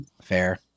fair